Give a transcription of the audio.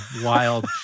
wild